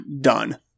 done